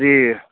जी